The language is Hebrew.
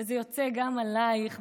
וזה יוצא גם עלייך,